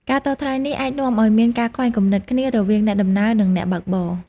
ការតថ្លៃនេះអាចនាំឱ្យមានការខ្វែងគំនិតគ្នារវាងអ្នកដំណើរនិងអ្នកបើកបរ។